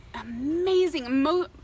amazing